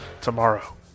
tomorrow